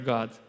God